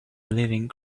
living